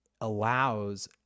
allows